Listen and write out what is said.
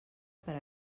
per